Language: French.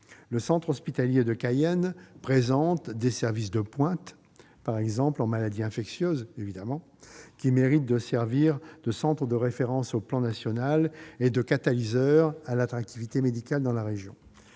le centre hospitalier de Cayenne présente des services de pointe, par exemple en matière de maladies infectieuses, qui méritent de servir de centres de référence au plan national et de catalyseurs de l'attractivité médicale dans la région.